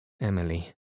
Emily